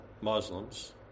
Muslims